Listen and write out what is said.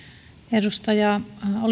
edustaja